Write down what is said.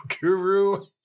guru